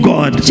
God